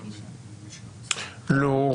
לא,